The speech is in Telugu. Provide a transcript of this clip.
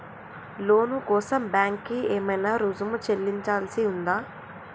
లోను కోసం బ్యాంక్ కి ఏమైనా రుసుము చెల్లించాల్సి ఉందా?